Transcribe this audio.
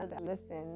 listen